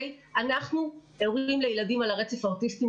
אנחנו הורים לילדים על הרצף האוטיסטי,